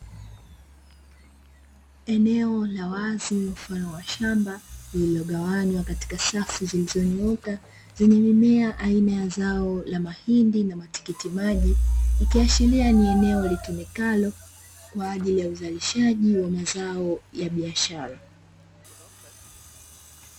Eneo la wazi mfano wa shamba lilogawanywa katika safu zilizonyooka, zenye mimea aina ya zao la mahindi na matikiti maji, ikiashiria ni eneo litumikalo kwa ajili ya uzalishaji wa mazao ya biashara.